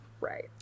right